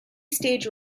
stage